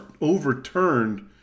overturned